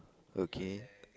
again